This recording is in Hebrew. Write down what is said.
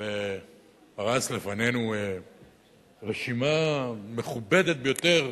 ופרס לפנינו רשימה מכובדת ביותר,